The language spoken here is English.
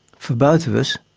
for both of us,